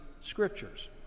scriptures